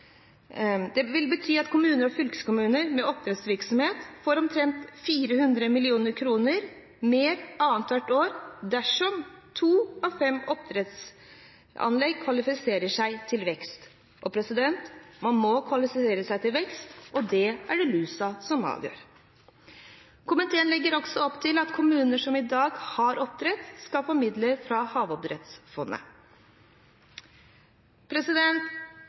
Det vil bety at kommuner og fylkeskommuner med oppdrettsvirksomhet får omtrent 400 mill. kr mer annethvert år dersom to av fem oppdrettsanlegg kvalifiserer til vekst. Man må kvalifisere til vekst, og det er det lusa som avgjør. Komiteen legger også opp til at kommuner som i dag har oppdrett, skal få midler fra havoppdrettsfondet.